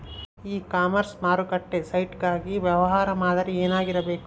E commerce ಮಾರುಕಟ್ಟೆ site ಗಾಗಿ ವ್ಯವಹಾರ ಮಾದರಿ ಏನಾಗಿರಬೇಕು?